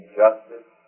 justice